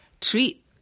treat